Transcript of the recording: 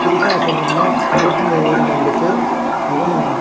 குறிப்பாக சொல்லணும்னால் ஓட்டுநர் உரிமம் எடுத்து ஈவன்